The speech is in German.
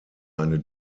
eine